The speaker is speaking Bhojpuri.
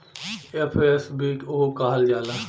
एफ.एस.बी.ओ कहल जाला